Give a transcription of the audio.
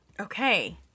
okay